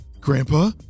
Grandpa